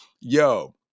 yo